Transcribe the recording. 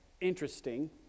interesting